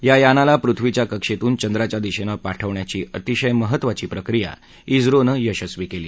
या यानाला पृथ्वीच्या कक्षेतून चंद्राच्या दिशेनं पाठवण्याची अतिशय महत्त्वाची प्रक्रिया झोनं यशस्वी केली